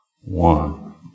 One